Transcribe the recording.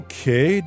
Okay